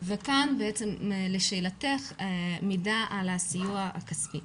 כאן לשאלתך, מידע על הסיוע הכספי.